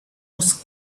most